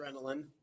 adrenaline